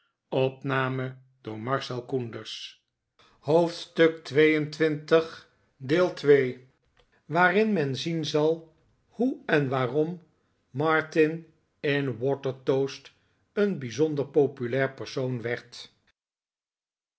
hoofdstuk xxil waarin men zien zal hoe en waarom martin in watertoast een bijzonder populair persoon werd